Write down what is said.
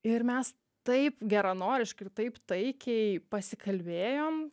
ir mes taip geranoriškai ir taip taikiai pasikalbėjom